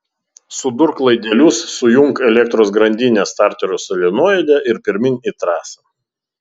sudurk laidelius sujunk elektros grandinę starterio solenoide ir pirmyn į trasą